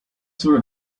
sort